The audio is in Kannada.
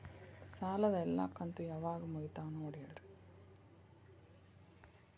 ಸಾಲದ ಎಲ್ಲಾ ಕಂತು ಯಾವಾಗ ಮುಗಿತಾವ ನೋಡಿ ಹೇಳ್ರಿ